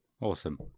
Awesome